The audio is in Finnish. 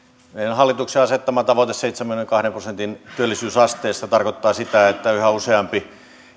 hallituksen asettama tavoite seitsemänkymmenenkahden prosentin työllisyysasteesta tarkoittaa sitä että yhä useampi